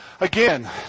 again